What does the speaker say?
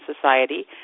society